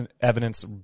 evidence